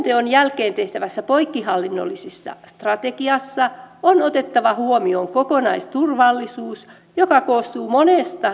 selonteon jälkeen tehtävässä poikkihallinnollisessa strategiassa on otettava huomioon kokonaisturvallisuus joka koostuu monesta hyvin erilaisesta asiasta